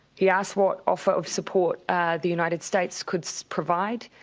he asked what offer of support the united states could so provide.